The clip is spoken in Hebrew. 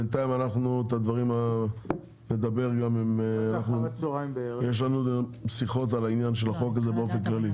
בינתיים אנחנו נדבר גם יש לנו שיחות על העניין של החוק הזה באופן כללי.